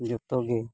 ᱡᱚᱛᱚ ᱜᱮ